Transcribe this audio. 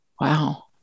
Wow